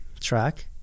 track